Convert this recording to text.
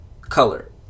color